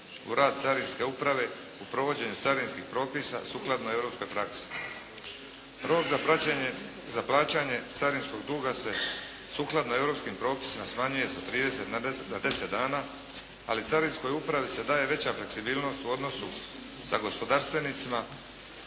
u rad carinske uprave, u provođenje carinskih propisa sukladno europskoj praksi. Rok za praćenje, za plaćanje carinskog duga se sukladno europskim propisima smanjuje sa 30 na 10 dana, ali carinskoj upravi se daje veća fleksibilnost u odnosu sa gospodarstvenicima,